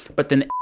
but then,